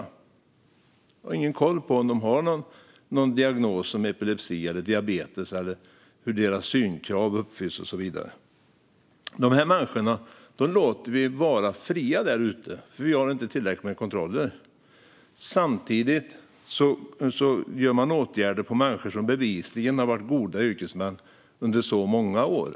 Vi har ingen koll på om de har någon diagnos som epilepsi eller diabetes, om synkraven är uppfyllda och så vidare. Dessa människor låter vi gå fria där ute, för vi har inte tillräckligt med kontroller. Samtidigt vidtar man åtgärder för människor som bevisligen har varit goda yrkesmän under många år.